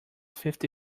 fifty